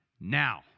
now